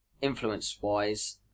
Influence-wise